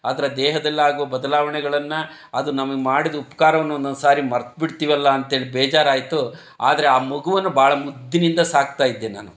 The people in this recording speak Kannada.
ಅದರ ದೇಹದಲ್ಲಾಗೋ ಬದಲಾವಣೆಗಳನ್ನು ಅದು ನಮಗೆ ಮಾಡಿದ ಉಪ್ಕಾರವನ್ನು ಒಂದೊಂದು ಸಾರಿ ಮರ್ತುಬಿಡ್ತೀವಲ್ಲ ಅಂತೇಳಿ ಬೇಜಾರು ಆಯಿತು ಆದರೆ ಆ ಮಗುವನ್ನು ಬಹಳ ಮುದ್ದಿನಿಂದ ಸಾಕ್ತಾ ಇದ್ದೆ ನಾನು